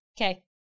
Okay